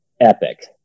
epic